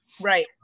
right